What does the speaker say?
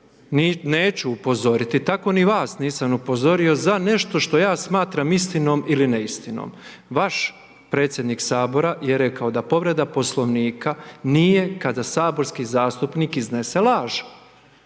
neću upozoriti, tako ni vas nisam upozorio za nešto što ja smatram istinom ili neistinom. Vaš predsjednik Sabora je rekao da povreda Poslovnika nije kada saborski zastupnik iznese laž,